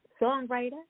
songwriter